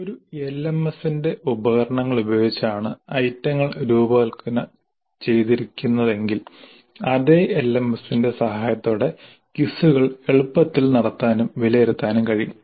ഒരു എൽഎംഎസിന്റെ ഉപകരണങ്ങൾ ഉപയോഗിച്ചാണ് ഐറ്റങ്ങൾ രൂപകൽപ്പന ചെയ്തിരിക്കുന്നതെങ്കിൽ അതേ എൽഎംഎസിന്റെ സഹായത്തോടെ ക്വിസുകൾ എളുപ്പത്തിൽ നടത്താനും വിലയിരുത്താനും കഴിയും